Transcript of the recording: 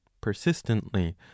persistently